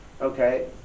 okay